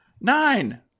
Nine